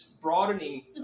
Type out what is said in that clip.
broadening